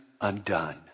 undone